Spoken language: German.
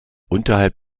unterhalb